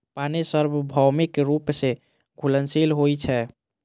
पानि सार्वभौमिक रूप सं घुलनशील होइ छै